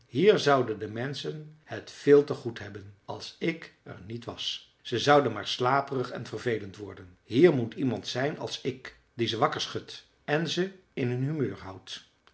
hier zouden de menschen het veel te goed hebben als ik er niet was ze zouden maar slaperig en vervelend worden hier moet iemand zijn als ik die ze wakker schudt en ze in hun humeur houdt